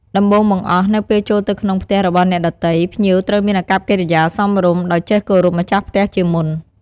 ដំបូងបង្អស់ នៅពេលចូលទៅក្នុងផ្ទះរបស់អ្នកដទៃ ភ្ញៀវត្រូវមានអាកប្បកិរិយាសមរម្យ ដោយចេះគោរពម្ចាស់ផ្ទះជាមុន។